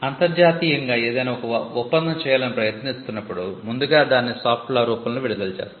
అంతర్జాతీయంగా ఏదైనా ఒక ఒప్పందం చేయాలని ప్రయత్నిస్తున్నప్పుడు ముందుగా దానిని సాఫ్ట్ లా రూపంలో విడుదల చేస్తారు